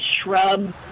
shrub